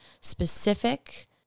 specific